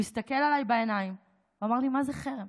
הוא הסתכל עליי בעיניים ואמר לי: מה זה חרם?